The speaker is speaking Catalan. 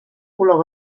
color